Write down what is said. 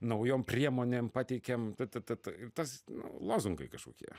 naujom priemonėm pateikėm t t t t ir tas lozungai kažkokie